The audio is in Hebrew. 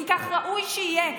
כי כך ראוי שיהיה,